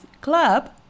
Club